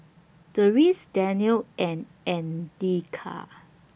Deris Daniel and Andika